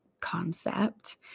concept